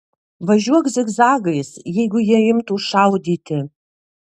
važiuok zigzagais jeigu jie imtų šaudyti